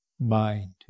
mind